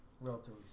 relatively